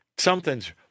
Something's